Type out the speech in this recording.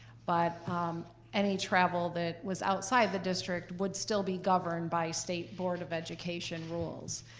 but um any travel that was outside the district would still be governed by state board of education rules.